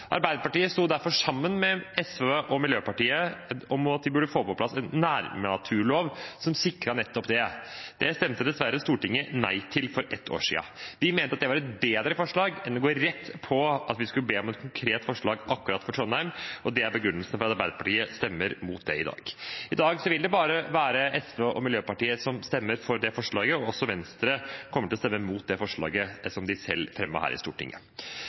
Arbeiderpartiet sto derfor sammen med SV og Miljøpartiet De Grønne om at man burde få på plass en nærnaturlov som sikret nettopp det. Det stemte dessverre Stortinget nei til for et år siden. Vi mente det var et bedre forslag enn å gå rett på at vi skulle be om et konkret forslag for akkurat Trondheim. Det er begrunnelsen for at Arbeiderpartiet stemmer mot dette i dag. I dag vil det bare være SV og Miljøpartiet De Grønne som stemmer for forslaget. Venstre kommer også til å stemme mot det forslaget som de selv fremmet her i Stortinget.